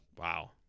Wow